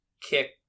kick